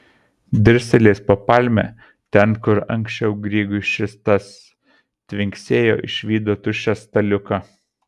dirstelėjęs po palme ten kur anksčiau grygui šis tas tvinksėjo išvydo tuščią staliuką